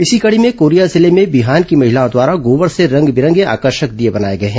इसी कड़ी में कोरिया जिले में बिहान की महिलाओं द्वारा गोबर से रंग बिरंगे आकर्षक दीये बनाये गए हैं